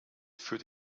für